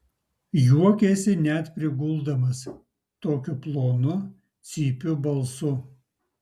juokėsi net priguldamas tokiu plonu cypiu balsu